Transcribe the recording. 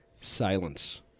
Silence